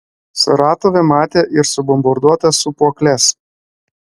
saratove matė ir subombarduotas sūpuokles